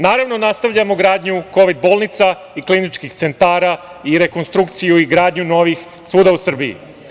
Naravno, nastavljamo gradnju kovid bolnica i kliničkih centara i rekonstrukciju i gradnju novih svuda u Srbiji.